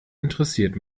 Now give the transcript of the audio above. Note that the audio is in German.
interessiert